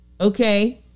Okay